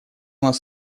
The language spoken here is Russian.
нас